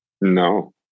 No